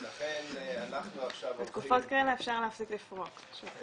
לכן אנחנו עכשיו הולכים --- בתקופות כאלה אפשר להפסיק לפרוק.